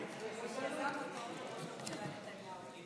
שכל הדיבורים שלכם על שלום היו שקר אחד גדול.